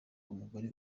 umugore